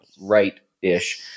right-ish